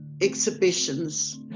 exhibitions